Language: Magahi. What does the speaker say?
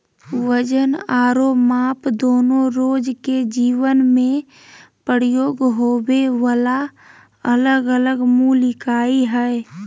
वजन आरो माप दोनो रोज के जीवन मे प्रयोग होबे वला अलग अलग मूल इकाई हय